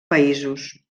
països